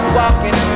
walking